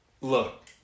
Look